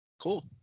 Cool